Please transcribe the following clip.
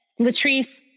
Latrice